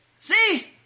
See